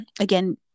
again